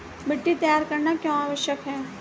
मिट्टी तैयार करना क्यों आवश्यक है?